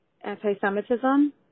anti-Semitism